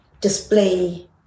display